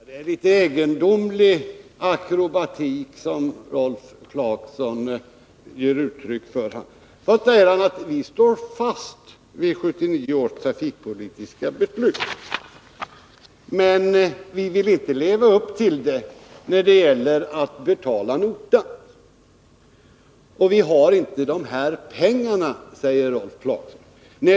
Herr talman! Det är en egendomlig debatteknik som Rolf Clarkson här visar upp. Först säger han att man står fast vid 1979 års trafikpolitiska beslut, men sedan framgår det att man inte vill leva upp till det när det gäller att betala notan. Vi har inte de pengar det gäller, säger Rolf Clarkson.